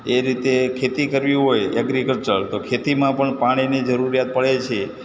એ રીતે ખેતી કરવી હોય ઍગ્રિકલ્ચર તો ખેતીમાં પણ પાણીની જરૂરિયાત પડે છે